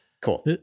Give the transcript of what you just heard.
Cool